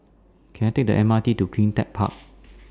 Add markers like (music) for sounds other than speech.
Can I Take The M R T to CleanTech Park (noise)